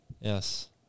Yes